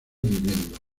viviendo